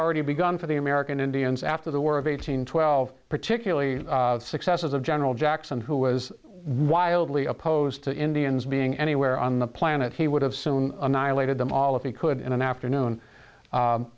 already begun for the american indians after the war of eighteen twelve particularly successes of general jackson who was wildly opposed to indians being anywhere on the planet he would have soon annihilated them all if he could in an afternoon